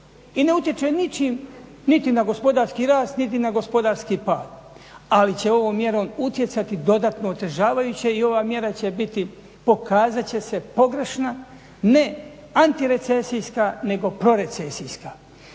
i ne utječe ničim niti na gospodarski rast niti na gospodarski pad. Ali će ovom mjerom utjecati dodatno otežavajuće i ova mjera pokazati će se pogrešna, ne antirecesijska nego prorecesijska.